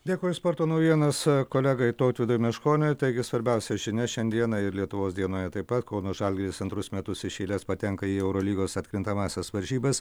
dėkui už sporto naujienas kolegai tautvydui meškoniui taigi svarbiausia žinia šiandieną ir lietuvos dienoje taip pat kauno žalgiris antrus metus iš eilės patenka į eurolygos atkrintamąsias varžybas